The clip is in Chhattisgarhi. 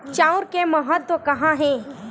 चांउर के महत्व कहां हे?